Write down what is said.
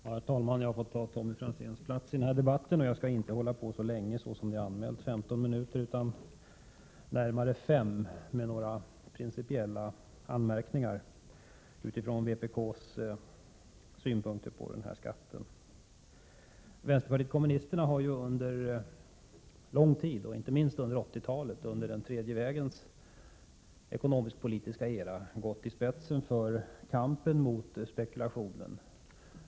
Herr talman! Jag har fått ta Tommy Franzéns plats i denna debatt. Jag är anmäld för 15 minuters taletid, men jag skall bara ta närmare 5 minuter i anspråk för några principiella anmärkningar utifrån vpk:s syn på denna skatt. Vänsterpartiet kommunisterna har under en lång tid, inte minst under 1980-talet, under den tredje vägens ekonomisk-politiska era, gått i spetsen för kampen mot spekulationen.